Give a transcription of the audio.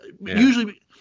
usually